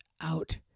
out